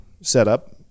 setup